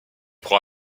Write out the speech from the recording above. prend